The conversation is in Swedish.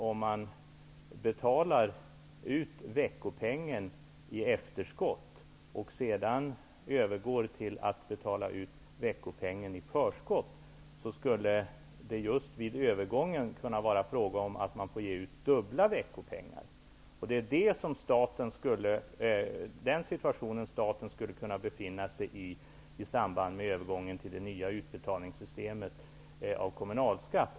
Om man betalade ut veckopengen i efterskott, och sedan övergick till att betala ut veckopengen i förskott skulle det just vid övergången kunna bli fråga om att betala ut dubbla veckopengar. I den situationen skulle staten kunna hamna i samband med en övergång till det nya systemet för utbetalning av kommunalskatt.